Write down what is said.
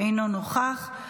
אינו נוכח,